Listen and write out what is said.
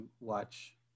watch